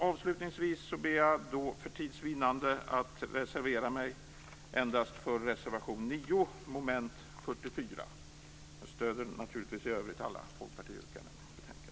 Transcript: Avslutningsvis ber jag att för tids vinnande yrka bifall endast till reservation 9 under mom. 44. Jag stöder naturligtvis i övrigt alla folkpartiyrkanden.